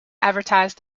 advertise